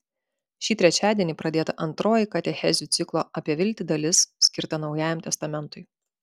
šį trečiadienį pradėta antroji katechezių ciklo apie viltį dalis skirta naujajam testamentui